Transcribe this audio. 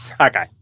Okay